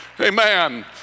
Amen